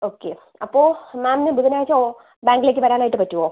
okay അപ്പോൾ മാമിന് ബുധനാഴ്ച ബാങ്കിലേക്ക് വരാനായിട്ട് പറ്റുമോ